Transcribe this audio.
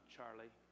Charlie